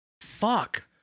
fuck